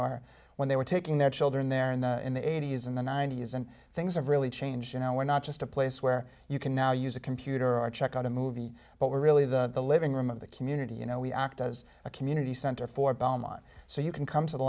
are when they were taking their children there in the in the eighty's and the ninety's and things have really changed you know we're not just a place where you can now use a computer or check out a movie but we're really the living room of the community you know we act as a community center for belmont so you can come to the